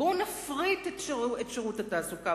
בואו נפריט את שירות התעסוקה,